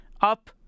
up